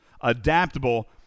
Adaptable